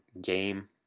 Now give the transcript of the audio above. game